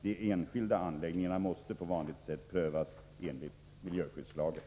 De enskilda anläggningarna måste på vanligt sätt prövas enligt miljöskyddslagen.